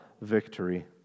victory